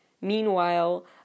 meanwhile